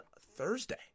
Thursday